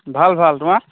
ভাল ভাল তোমাৰ